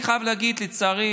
אני חייב להגיד: לצערי,